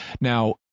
Now